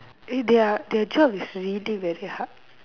eh their their job is really very hard